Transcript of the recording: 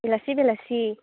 बेलासि बेलासि